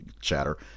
chatter